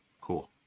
cool